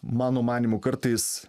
mano manymu kartais